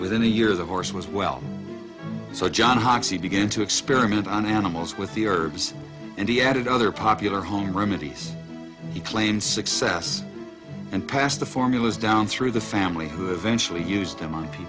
within a year the horse was well so john hawkes he began to experiment on animals with the herbs and he added other popular home remedies he claimed success and passed the formulas down through the family who eventually used